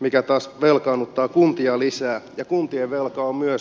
mikä taas velkaannuttaa kuntia lisää ja kuntien velka on myös julkista velkaa